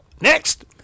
Next